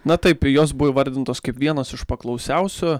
na taip jos buvo įvardintos kaip vienas iš paklausiausių